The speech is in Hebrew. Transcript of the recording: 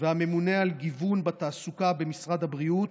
והממונה על גיוון בתעסוקה במשרד הבריאות,